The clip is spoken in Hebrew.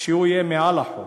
שהוא יהיה מעל החוק.